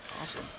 Awesome